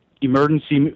emergency